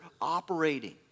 operating